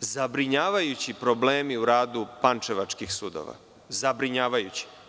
zabrinjavajući problemi u radu pančevačkih sudova, zabrinjavajući.